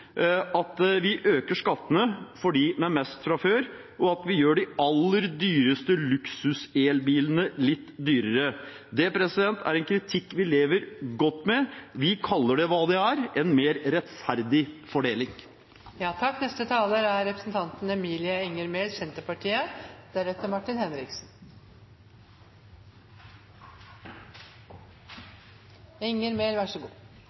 at vi øker skattene for dem med mest fra før, og at vi gjør de aller dyreste elbilene, luksuselbilene, litt dyrere. Det er en kritikk vi lever godt med. Vi kaller det hva det er: en mer rettferdig